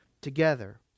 together